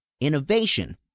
innovation